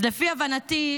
אז לפי הבנתי,